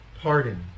pardon